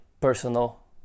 personal